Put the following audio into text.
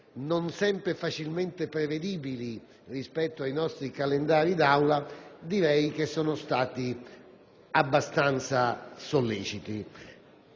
non sempre facilmente prevedibili rispetto ai nostri calendari di Aula, direi che essi sono stati abbastanza solleciti.